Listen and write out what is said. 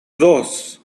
dos